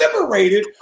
liberated